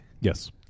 Yes